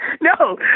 No